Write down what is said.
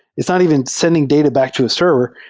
it's not even sending data back to a server.